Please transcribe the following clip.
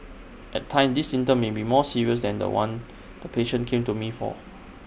at times this symptom may be more serious than The One the patient came to me for